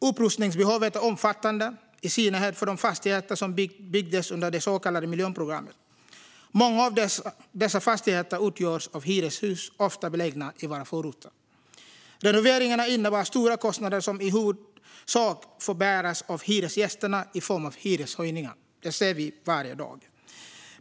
Upprustningsbehovet är omfattande, i synnerhet för de fastigheter som byggdes under det så kallade miljonprogrammet. Många av dessa fastigheter utgörs av hyreshus, ofta belägna i våra förorter. Renoveringarna innebär stora kostnader som i huvudsak får bäras av hyresgästerna i form av hyreshöjningar. Det ser vi varje dag.